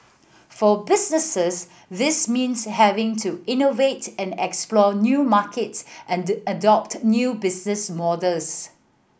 for businesses this means having to innovate and explore new markets and adopt new business models